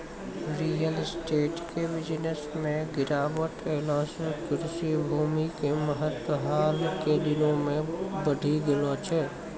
real estate के business मॅ गिरावट ऐला सॅ कृषि भूमि के महत्व हाल के दिनों मॅ बढ़ी गेलो छै